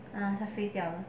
ah 他飞掉 ah